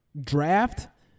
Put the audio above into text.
draft